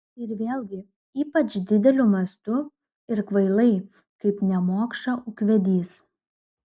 ir vėlgi ypač dideliu mastu ir kvailai kaip nemokša ūkvedys